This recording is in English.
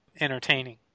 entertaining